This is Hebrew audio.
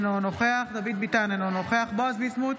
אינו נוכח דוד ביטן, אינו נוכח בועז ביסמוט,